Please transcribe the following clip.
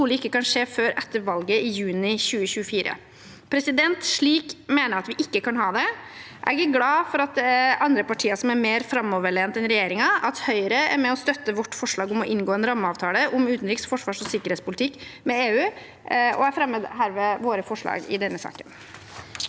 ikke kan skje før etter valget i juni 2024. Jeg mener at vi ikke kan ha det slik. Jeg er glad for at det er andre partier som er mer framoverlent enn regjeringen, og for at Høyre er med på å støtte vårt forslag om å inngå en rammeavtale om utenriks-, forsvars- og sikkerhetspolitikk med EU. Jeg viser herved til forslaget vi har sammen